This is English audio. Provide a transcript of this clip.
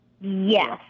Yes